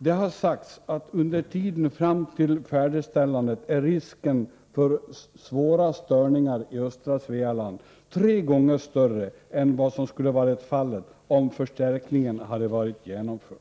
Det har sagts att under tiden fram till färdigställandet är risken för svåra störningar i östra Svealand tre gånger större än vad som skulle varit fallet om förstärkningen hade varit genomförd.